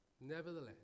Nevertheless